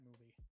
movie